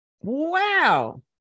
wow